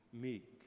meek